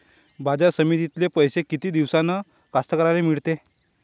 बाजार समितीतले पैशे किती दिवसानं कास्तकाराइले मिळते?